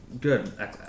good